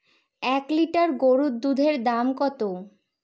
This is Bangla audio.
এক লিটার গরুর দুধের দাম কত?